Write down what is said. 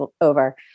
over